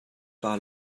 kaa